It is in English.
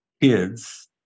kids